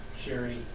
sherry